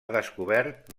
descobert